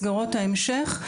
מסגרות ההמשך,